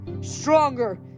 stronger